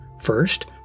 First